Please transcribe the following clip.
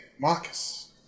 Marcus